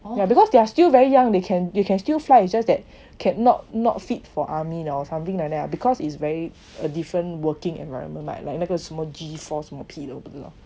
yeah because they are still very young they can can still fly themself just that cannot not fit for army lor or something like that because it's very err different working environment like like 那个什么 G force will appeal 我不知道